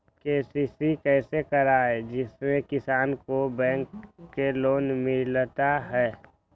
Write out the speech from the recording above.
KCC कैसे कराये जिसमे किसान को बैंक से लोन मिलता है?